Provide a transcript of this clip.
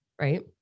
Right